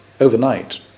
overnight